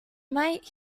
might